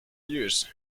use